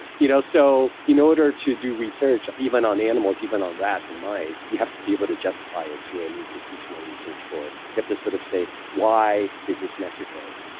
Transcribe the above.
you know so, in order to do research even on animals, even on rats and mice, you have to be able to justify it to an institutional research board. you have to sort of say why is this necessary?